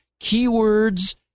keywords